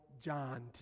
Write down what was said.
John